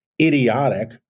idiotic